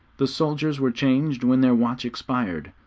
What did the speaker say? the soldiers were changed when their watch expired,